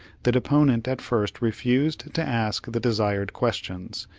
the deponent at first refused to ask the desired questions,